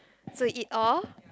so you eat all